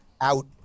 out